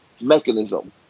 mechanism